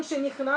אני נזהר.